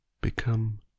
become